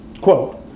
quote